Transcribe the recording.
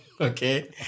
okay